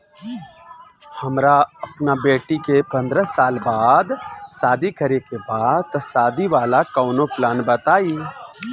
हमरा अपना बेटी के पंद्रह साल बाद शादी करे के बा त शादी वाला कऊनो प्लान बताई?